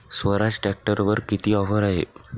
स्वराज ट्रॅक्टरवर किती ऑफर आहे?